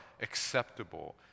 acceptable